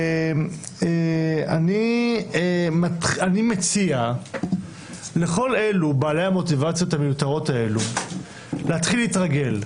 אני מציע לכל בעלי המוטיבציות המיותרות האלה להתחיל להתרגל,